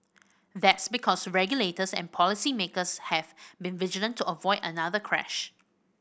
that's because regulators and policy makers have vigilant to avoid another crash